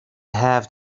have